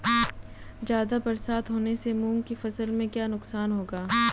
ज़्यादा बरसात होने से मूंग की फसल में क्या नुकसान होगा?